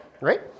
Right